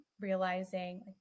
realizing